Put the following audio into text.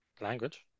Language